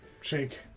shake